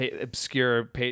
Obscure